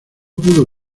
pudo